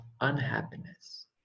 unhappiness